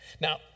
Now